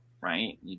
right